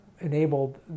enabled